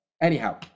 Anyhow